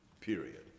period